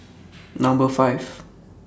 Number five